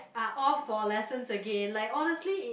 are all for lessons again like honestly